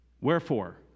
Wherefore